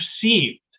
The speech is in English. perceived